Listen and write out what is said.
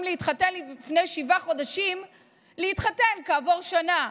להתחתן לפני שבעה חודשים להתחתן כעבור שנה,